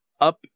up